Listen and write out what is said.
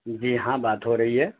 جی ہاں بات ہو رہی ہے